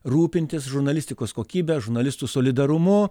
rūpintis žurnalistikos kokybe žurnalistų solidarumu